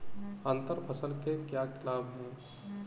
अंतर फसल के क्या लाभ हैं?